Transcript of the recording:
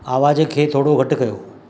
आवाज़ खे थोरो घटि कयो